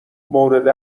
مورد